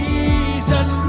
Jesus